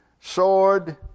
sword